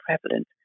prevalent